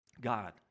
God